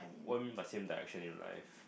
what do you mean by same direction in life